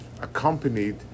accompanied